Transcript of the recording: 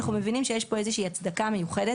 אנחנו מבינים שיש פה איזה שהיא הצדקה מיוחדת